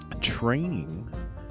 training